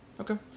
Okay